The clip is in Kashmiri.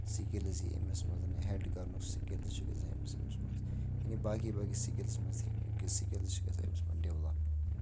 سِکِلٕز ییہِ أمِس منٛزَن ہٮ۪ڈ کَرنُک سِکِلٕز چھِ گژھان أمِس أمِس منٛز یعنی باقی باقی سِکِلٕز منٛز تہِ یِم کینٛہہ سِکِلٕز چھِ گژھان أمِس منٛز ڈِولَپ